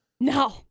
No